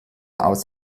aus